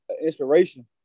inspiration